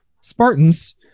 Spartans